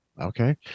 Okay